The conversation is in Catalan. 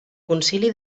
concili